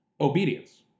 Obedience